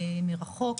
מרחוק.